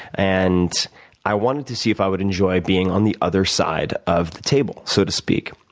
and i wanted to see if i would enjoy being on the other side of the table, so to speak.